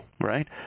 right